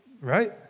right